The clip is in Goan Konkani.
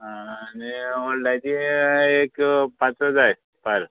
आनी व्होडल्याची एक पांच स जाय पार